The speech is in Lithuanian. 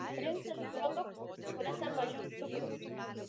rinksiuosi produktus kuriuose mažiau cukraus